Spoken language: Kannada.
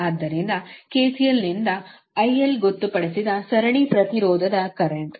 ಆದ್ದರಿಂದ KCL ನಿಂದ IL ಗೊತ್ತುಪಡಿಸಿದ ಸರಣಿ ಪ್ರತಿರೋಧದ ಕರೆಂಟ್